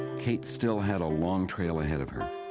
kate still had a long trail ahead of her.